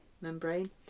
membrane